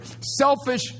selfish